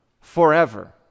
forever